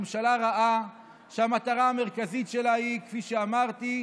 זו ממשלה רעה שהמטרה המרכזית שלה היא, כפי שאמרתי,